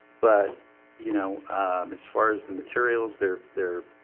but you know as far as the materials they're they're